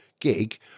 gig